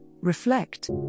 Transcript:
reflect